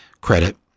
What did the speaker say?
credit